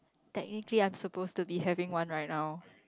technically I am suppose to be having one right now